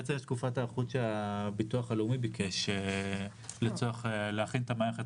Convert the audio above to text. זו תקופת היערכות שהביטוח הלאומי ביקש על מנת להכין את המערכת